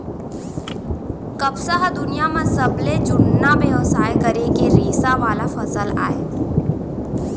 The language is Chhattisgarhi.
कपसा ह दुनियां म सबले जुन्ना बेवसाय करे के रेसा वाला फसल अय